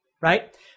right